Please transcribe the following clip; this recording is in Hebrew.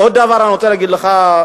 עוד דבר אני רוצה להגיד לך,